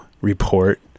report